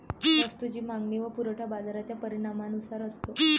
वस्तूची मागणी व पुरवठा बाजाराच्या परिणामानुसार असतो